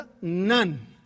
none